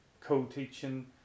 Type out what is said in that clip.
co-teaching